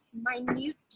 minute